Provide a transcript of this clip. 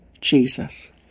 Jesus